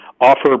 offer